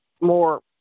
More